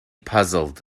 puzzled